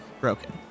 broken